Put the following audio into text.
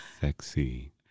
sexy